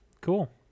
cool